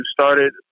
started